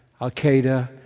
Al-Qaeda